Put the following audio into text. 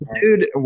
dude